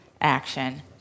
action